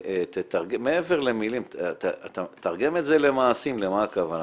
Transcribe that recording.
מעבר למילים תרגם את זה למעשים למה הכוונה.